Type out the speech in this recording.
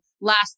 last